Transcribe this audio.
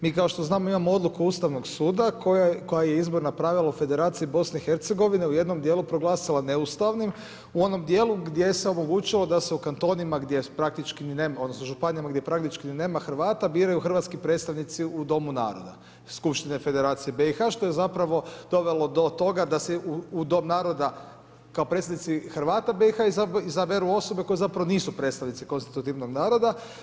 Mi kao što znamo, imamo odluku Ustavnog suda, koja je izborna pravilo Federacije BIH, u jednom dijelu proglasila neustavnim, u onom dijelu, gdje se odlučilo, da se u kantonima, odnosno, županijama gdje praktički nema Hrvata, biraju hrvatski predstavnici u domu naroda, skupštine Federacije BIH, što je zapravo dovelo do toga, da se u dom naroda, kao predstavnici Hrvata BIH izaberu osobe, koje zapravo nisu predstavnici konstitutivnog naroda.